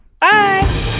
Bye